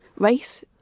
Race